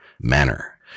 manner